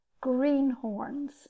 greenhorns